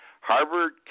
Harvard